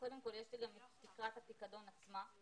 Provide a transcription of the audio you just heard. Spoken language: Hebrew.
יש גם את תקרת הפיקדון עצמה.